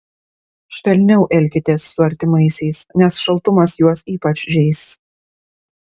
švelniau elkitės su artimaisiais nes šaltumas juos ypač žeis